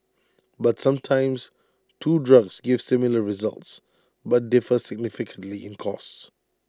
but sometimes two drugs give similar results but differ significantly in costs